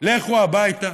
לכו הביתה.